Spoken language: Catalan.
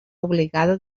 obligada